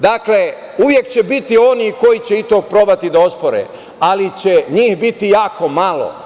Dakle, uvek će biti onih koji će i to probati da ospore, ali će njih biti jako malo.